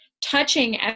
touching